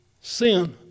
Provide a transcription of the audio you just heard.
Sin